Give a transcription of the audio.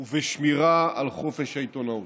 ובשמירה על חופש העיתונות.